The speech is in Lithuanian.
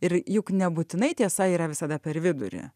ir juk nebūtinai tiesa yra visada per vidurį